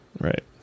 Right